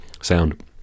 sound